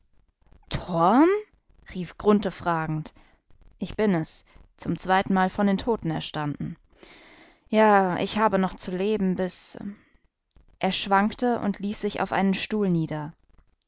rief grunthe fragend ich bin es zum zweiten male von den toten erstanden ja ich habe noch zu leben bis er schwankte und ließ sich auf einen stuhl nieder